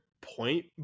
point